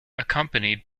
accompanied